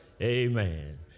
Amen